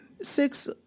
Six